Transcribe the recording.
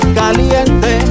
caliente